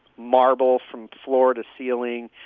marble from floor to ceiling,